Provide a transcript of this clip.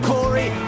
Corey